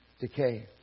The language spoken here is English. decay